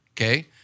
Okay